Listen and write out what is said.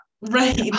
Right